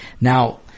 Now